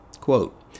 Quote